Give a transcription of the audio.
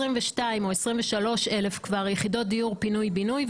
23,000 יחידות דיור פינוי-בינוי,